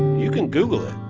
you can google